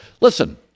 listen